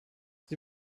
sie